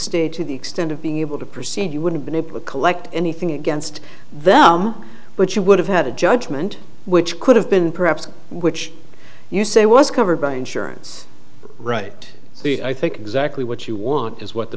stay to the extent of being able to proceed you would have been able to collect anything against them but you would have had a judgment which could have been perhaps which you say was covered by insurance right i think exactly what you want is what the